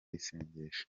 isengesho